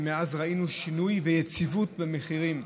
ומאז ראינו שינוי ויציבות במחירים.